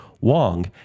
Wong